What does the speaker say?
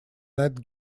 net